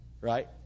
right